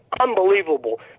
unbelievable